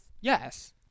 Yes